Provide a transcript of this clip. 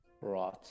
Right